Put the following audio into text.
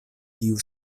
tiu